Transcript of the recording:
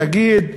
נגיד,